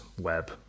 web